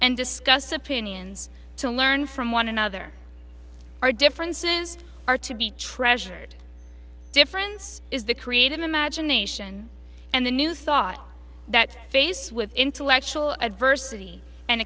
and discuss opinions to learn from one another our differences are to be treasured difference is the creative imagination and the new thought that face with intellectual adversity and